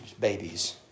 babies